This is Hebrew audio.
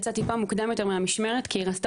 יצאה קצת מוקדם יותר מהמשמרת כי היא רצתה